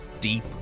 deep